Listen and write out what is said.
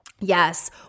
Yes